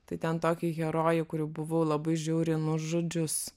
tai ten tokį herojų kurį buvau labai žiauriai nužudžius